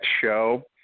show